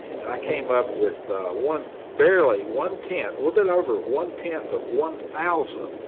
and i came up with one barely one tenth, a little bit over one tenth of one thousand.